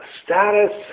status